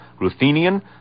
Ruthenian